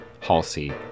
Halsey